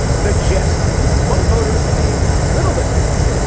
the gist among voters paying little attention.